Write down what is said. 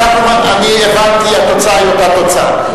הבנתי, התוצאה היא אותה תוצאה.